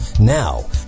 Now